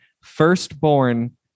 firstborn